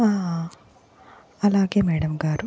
అలాగే మ్యాడమ్ గారు